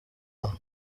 aha